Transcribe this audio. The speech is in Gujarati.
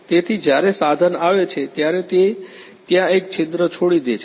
તેથી જ્યારે સાધન આવે છે ત્યારે તે ત્યાં એક છિદ્ર છોડી દે છે